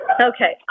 Okay